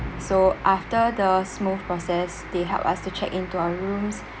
so after the smooth process they help us to check in to our rooms